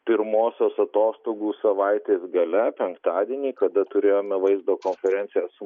pirmosios atostogų savaitės gale penktadienį kada turėjome vaizdo konferenciją su